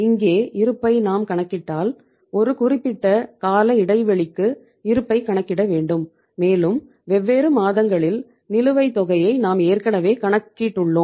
இங்கே இருப்பை நாம் கணக்கிட்டால் ஒரு குறிப்பிட்ட கால இடைவெளிக்கு இருப்பை கணக்கிட வேண்டும் மேலும் வெவ்வேறு மாதங்களில் நிலுவைத் தொகையை நாம் ஏற்கனவே கணக்கீட்டுள்ளோம்